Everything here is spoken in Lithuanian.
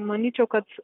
manyčiau kad